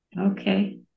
Okay